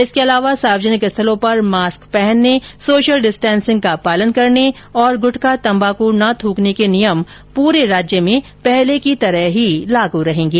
इसके अलावा सार्वजनिक स्थलों पर मास्क पहनने सोशल डिस्टेन्सिंग का पालन करने और गुटखा तंबाकू न थूकने के नियम सम्पूर्ण राज्य में पहले की तरह ही लागू रहेंगे